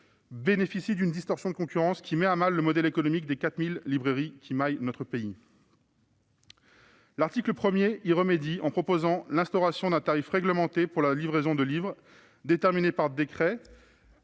bénéficie d'une distorsion de concurrence qui met à mal le modèle économique des 4 000 librairies qui maillent notre pays. L'article 1 vise à y remédier en proposant l'instauration d'un tarif réglementé pour la livraison de livres, déterminé par décret.